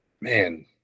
man